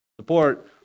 support